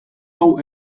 hau